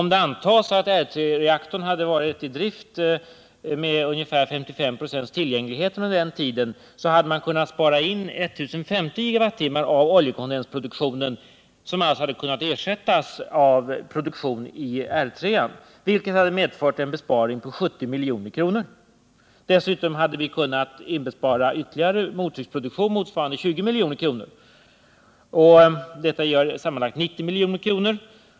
Om det antas att R 3-reaktorn hade varit i drift med ungefär 55-procentig tillgänglighet under den tiden, hade man kunnat spara in I 050 GWh av oljekondensproduktionen. Denna hade nämligen kunnat ersättas av produktion i R 3, vilket hade medfört en besparing på 70 milj.kr. Dessutom hade vi kunnat inbespara ytterligare mottrycksproduktion, motsvarande 20 milj.kr. Detta gör sammanlagt 90 milj.kr.